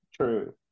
true